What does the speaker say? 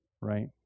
right